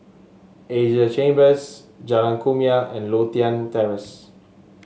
Asia Chambers Jalan Kumia and Lothian Terrace